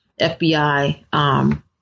FBI